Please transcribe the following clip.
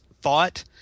thought